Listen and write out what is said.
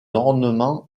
ornement